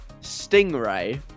Stingray